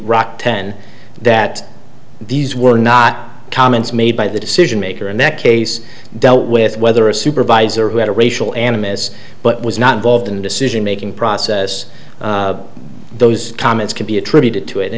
rock ten that these were not comments made by the decision maker in that case dealt with whether a supervisor who had a racial animus but was not involved in decision making process those comments could be attributed to it